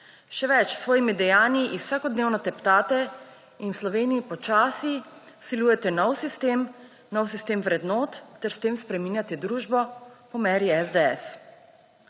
Še več, s svojimi dejanji jih vsakodnevno teptate in v Sloveniji počasi vsiljujete nov sistem, nov sistem vrednot ter s tem spreminjate družbo po meri SDS.